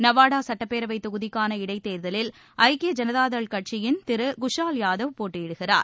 நவாடாசட்டப்பேரவைதொகுதிக்கான இடைத்தேர்தலில் ஐக்கிய ஐனதாதள் கட்சியின் திருகுஷால் யாதவ் போட்டியிடுகின்றார்